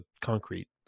concrete